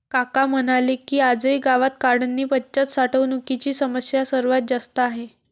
काका म्हणाले की, आजही गावात काढणीपश्चात साठवणुकीची समस्या सर्वात जास्त आहे